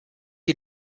die